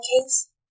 case